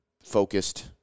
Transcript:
focused